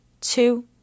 two